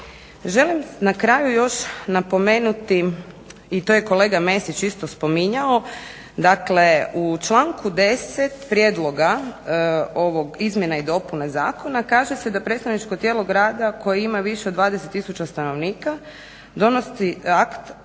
Želim na kraju još napomenuti i to je kolega Mesić isto spominjao dakle u članku 10. prijedloga ovih izmjena i dopuna zakona kaže se da predstavničko tijelo grada koje ima više od 20 tisuća stanovnika donosi akt